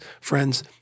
friends